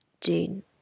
Jane